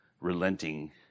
relenting